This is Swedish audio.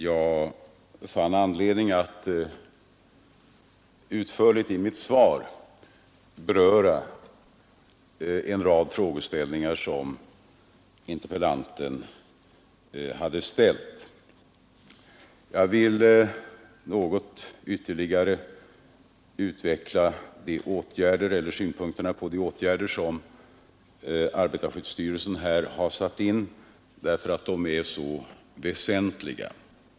Jag fann anledning att i mitt svar utförligt beröra en rad frågeställningar som interpellanten hade tagit upp. Jag vill ytterligare något utveckla synpunkterna på de åtgärder som arbetarskyddsstyrelsen här har satt in, därför att de är så väsentliga.